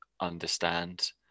understand